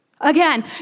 Again